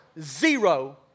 zero